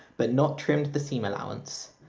but not trimmed the seam allowance.